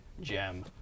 gem